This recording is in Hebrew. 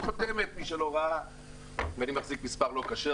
אני מחזיק גם מספר לא כשר.